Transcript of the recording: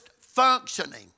functioning